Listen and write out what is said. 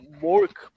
work